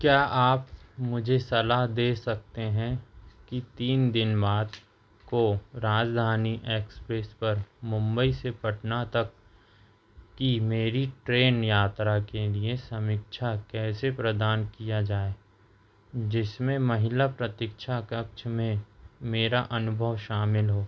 क्या आप मुझे सलाह दे सकते हैं कि तीन दिन बाद को राजधानी एक्सप्रेस पर मुंबई से पटना तक की मेरी ट्रेन यात्रा के लिए समीक्षा कैसे प्रदान किया जाए जिसमें महिला प्रतीक्षा कक्ष में मेरा अनुभव शामिल हो